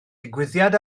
digwyddiad